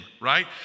right